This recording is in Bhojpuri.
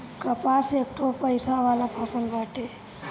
कपास एकठो पइसा वाला फसल बाटे